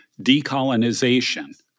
decolonization